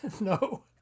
No